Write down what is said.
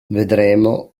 vedremo